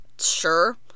sure